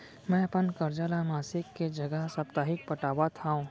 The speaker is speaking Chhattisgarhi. मै अपन कर्जा ला मासिक के जगह साप्ताहिक पटावत हव